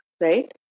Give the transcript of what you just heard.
Right